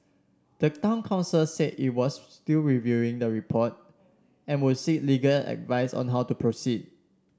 the town council said it was still reviewing the report and would seek legal advice on how to proceed